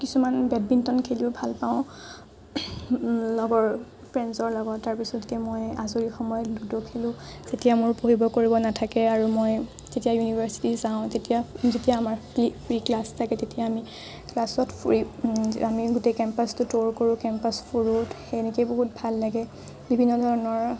কিছুমান বেডমিন্টন খেলিও ভাল পাওঁ লগৰ ফ্ৰেইণ্ডচৰ লগত তাৰপিছতকে মই আজৰি সময়ত লুডু খেলোঁ যেতিয়া মোৰ পঢ়িব কৰিব নাথাকে আৰু মই যেতিয়া ইউনিভাৰ্ছিটি যাওঁ তেতিয়া যেতিয়া আমাৰ ফ্ৰী ক্লাছ থাকে তেতিয়া আমি ক্লাছত ফুৰি আমি গোটেই কেম্পাছটো ট'ৰ কৰোঁ কেম্পাছ ফুৰোঁ সেনেকৈ বহুত ভাল লাগে বিভিন্ন ধৰণৰ